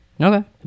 Okay